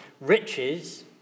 riches